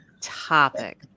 topic